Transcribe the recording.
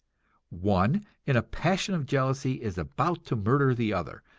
one in a passion of jealousy is about to murder the other,